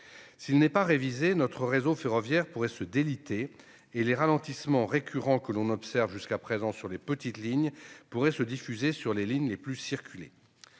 S'il n'est pas révisé, notre réseau ferroviaire pourrait se déliter et les ralentissements récurrents que l'on observe jusqu'à présent sur les petites lignes pourraient se diffuser sur les lignes les plus circulées.